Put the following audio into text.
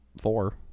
four